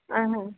আ হ্যাঁ